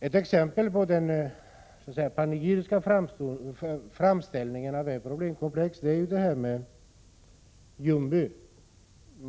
Ett exempel på den panegyriska framställningen av ett problemkomplex är den musikal som gjordes i Ljungby.